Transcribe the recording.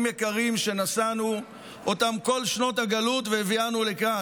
יקרים שנשאנו אותם כל שנות הגלות ואשר הביאונו לכאן.